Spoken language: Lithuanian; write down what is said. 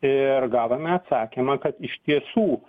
ir gavome atsakymą kad iš tiesų